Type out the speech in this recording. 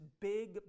big